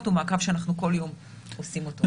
הוא מעקב שאנחנו כל יום עושים אותו.